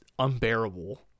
unbearable